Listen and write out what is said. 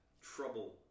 trouble